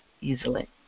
easily